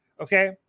Okay